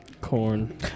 Corn